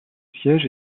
siège